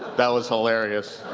that was hilarious.